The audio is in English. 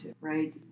right